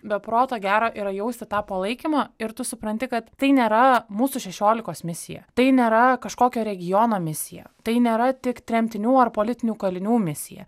be proto gera yra jausti tą palaikymą ir tu supranti kad tai nėra mūsų šešiolikos misija tai nėra kažkokio regiono misija tai nėra tik tremtinių ar politinių kalinių misija